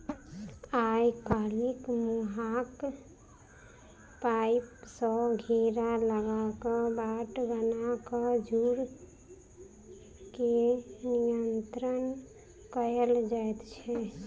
आइ काल्हि लोहाक पाइप सॅ घेरा लगा क बाट बना क झुंड के नियंत्रण कयल जाइत छै